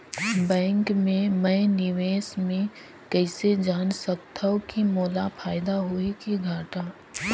Bank मे मैं निवेश मे कइसे जान सकथव कि मोला फायदा होही कि घाटा?